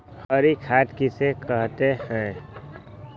हरी खाद किसे कहते हैं?